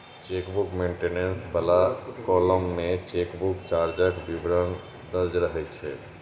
chequebook maintenance बला column मे chequebook चार्जक विवरण दर्ज रहै छै